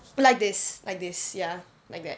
like this like this ya like that